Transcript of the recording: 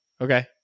Okay